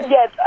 Yes